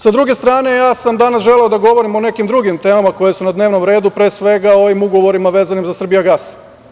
Sa druge strane, ja sam danas želeo da govorim o nekim drugim temama koje su na dnevnom redu, pre svega o ovim ugovorima vezanim za "Srbijagas"